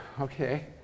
Okay